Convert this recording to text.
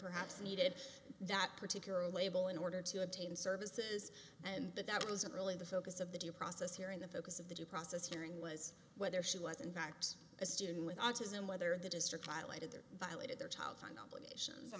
perhaps needed that particular label in order to obtain services and that that wasn't really the focus of the due process hearing the focus of the due process hearing was whether she was in fact a student with autism whether the district violated their violated their child's on obligations o